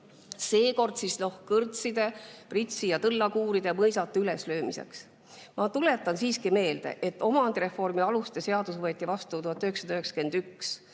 Seekord siis kõrtside, pritsi‑ ja tõllakuuride ja mõisate üleslöömiseks. Ma tuletan siiski meelde, et omandireformi aluste seadus võeti vastu 1991.